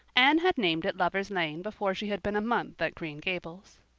anne had named it lover's lane before she had been a month at green gables.